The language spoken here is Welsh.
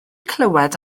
clywed